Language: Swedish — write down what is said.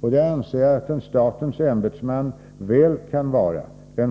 parterna. Det anser jag att en statens ämbetsman väl kan vara.